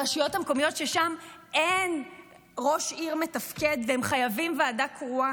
ברשויות המקומיות ששם אין ראש עיר מתפקד והם חייבים ועדה קרואה.